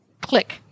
Click